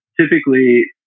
typically